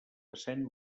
essent